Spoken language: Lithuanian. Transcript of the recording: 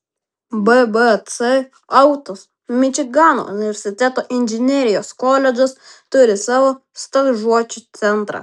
bbc autos mičigano universiteto inžinerijos koledžas turi savo stažuočių centrą